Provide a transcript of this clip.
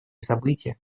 события